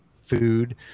food